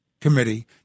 committee